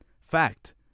fact